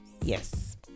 Yes